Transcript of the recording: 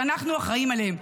שאנחנו אחראים להם.